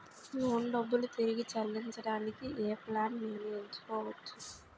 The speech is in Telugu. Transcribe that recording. లోన్ డబ్బులు తిరిగి చెల్లించటానికి ఏ ప్లాన్ నేను ఎంచుకోవచ్చు?